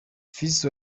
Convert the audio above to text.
fils